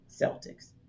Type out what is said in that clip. Celtics